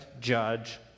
judge